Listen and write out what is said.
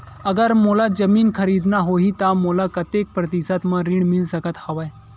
अगर मोला जमीन खरीदना होही त मोला कतेक प्रतिशत म ऋण मिल सकत हवय?